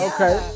Okay